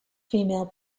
female